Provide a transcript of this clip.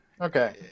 okay